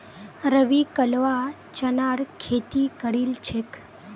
रवि कलवा चनार खेती करील छेक